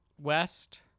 West